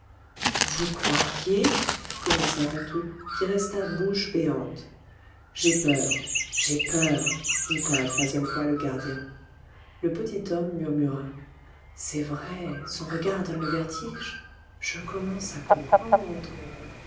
vous croiriez commença patou qui resta bouche béante j'ai peur dit pour la troisième fois le gardien le petit homme murmura c'est vrai son regard donne le vertige je commence à comprendre